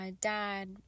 dad